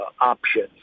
options